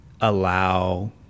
allow